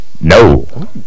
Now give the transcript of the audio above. No